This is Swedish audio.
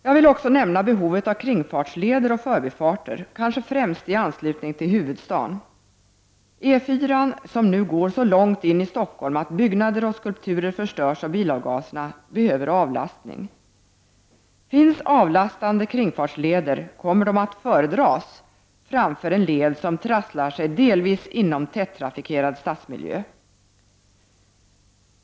Jag vill också nämna behovet av kringfartsleder och förbifarter, kanske främst i anslutning till huvudstaden. E 4-an, som nu går så långt in i Stockholm att byggnader och skulpturer förstörs av bilavgaserna, behöver avlastning. Finns avlastande kringfartsleder kommer dessa att föredras framför en led som trasslar sig delvis inom tättrafikerad stadsmiljö.